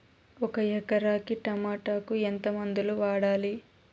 ఒక ఎకరాకి టమోటా కు ఎంత మందులు వాడాలి?